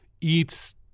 eats